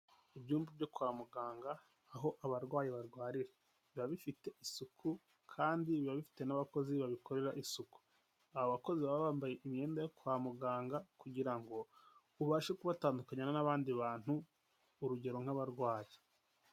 Ibyumba byo kwa muganga aho abarwayi barwarira, biba bifite isuku kandi biba bifite n'abakozi babikorera isuku. Aba bakozi baba bambaye imyenda yo kwa muganga kugira ngo ubashe kubatandukanya n'abandi bantu, urugero nk'abarwayi.